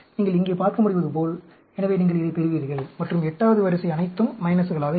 நீங்கள் இங்கே பார்க்க முடிவதுபோல் எனவே நீங்கள் இதைப் பெறுவீர்கள் மற்றும் 8 வது வரிசை அனைத்தும் மைனஸ்களாக இருக்கும்